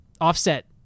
Offset